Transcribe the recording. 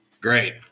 Great